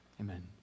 Amen